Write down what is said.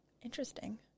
Interesting